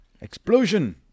explosion